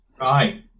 right